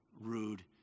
rude